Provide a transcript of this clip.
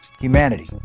humanity